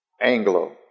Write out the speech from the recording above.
Anglo